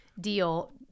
deal